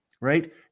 right